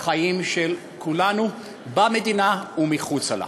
חיים של כולנו במדינה ומחוצה לה.